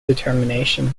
determination